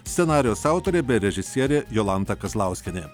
scenarijaus autorė bei režisierė jolanta kazlauskienė